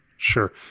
sure